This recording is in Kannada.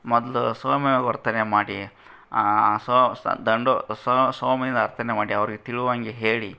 ಮೊದಲು ಸೌಮ್ಯವಾಗಿ ವರ್ತನೆ ಮಾಡಿ ಸೊ ಸೊ ದಂಡು ಸೊ ಸೌಮ್ಯ ವರ್ತನೆ ಮಾಡಿ ಅವ್ರಿಗೆ ತಿಳಿಯುವಂಗೆ ಹೇಳಿ